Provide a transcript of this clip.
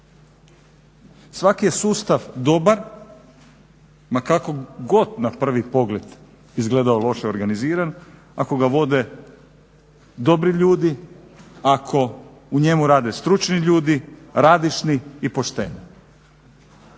Svaki je sustav dobar, ma kako god na prvi pogled izgledao loše organiziran ako ga vode dobri ljudi, ako u njemu rade stručni ljudi, radišni i pošteni.